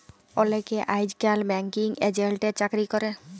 অলেকে আইজকাল ব্যাঙ্কিং এজেল্টের চাকরি ক্যরে